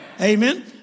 Amen